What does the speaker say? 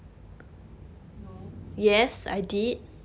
no